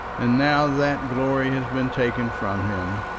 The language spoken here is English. and now that glory has been taken from him.